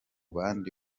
bandi